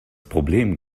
problem